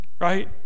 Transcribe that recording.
Right